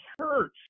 church